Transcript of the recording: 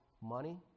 money